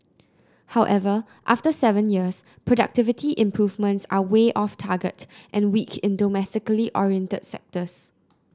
however after seven years productivity improvements are way off target and weak in domestically oriented sectors